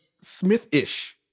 Smith-ish